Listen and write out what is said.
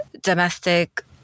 domestic